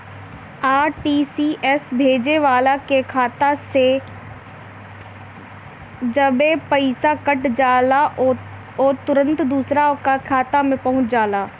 RTGS भेजे वाला के खाता से जबे पईसा कट जाला उ तुरंते दुसरा का खाता में पहुंच जाला